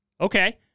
Okay